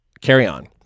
carry-on